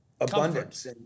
abundance